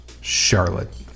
Charlotte